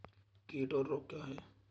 कीट और रोग क्या हैं?